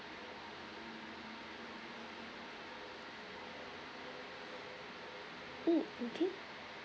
mm okay